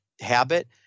habit